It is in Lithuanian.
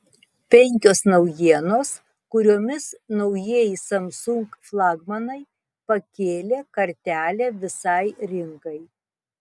penkios naujienos kuriomis naujieji samsung flagmanai pakėlė kartelę visai rinkai